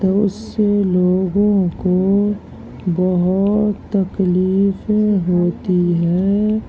تو اس سے لوگوں کو بہت تکلیفیں ہوتی ہے